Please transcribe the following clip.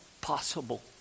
possible